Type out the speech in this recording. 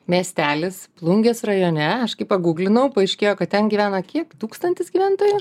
miestelis plungės rajone aš kai paguglinau paaiškėjo kad ten gyvena kiek tūkstantis gyventojų